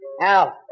Al